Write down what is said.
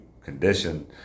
condition